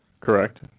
Correct